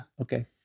Okay